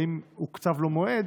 והאם הוקצב לו מועד,